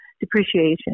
depreciation